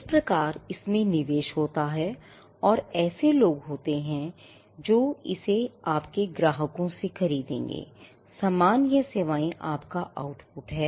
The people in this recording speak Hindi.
इस प्रकार इसमें निवेश होता है और ऐसे लोग होते हैं जो इसे आपके ग्राहकों से खरीदेंगे सामान या सेवाएं आपका output हैं